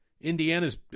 Indiana's